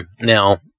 now